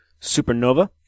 Supernova